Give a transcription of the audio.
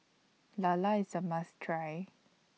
Lala IS A must Try